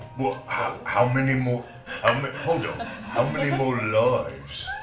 how how many more um how many more lives